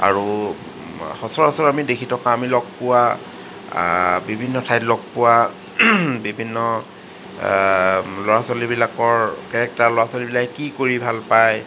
আৰু সচৰাচৰ আমি দেখি থকা আমি লগ পোৱা বিভিন্ন ঠাইত লগ পোৱা বিভিন্ন ল'ৰা ছোৱালীবিলাকৰ কেৰেক্টাৰ ল'ৰা ছোৱালীবিলাকে কি কৰি ভাল পায়